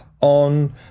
on